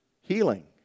healing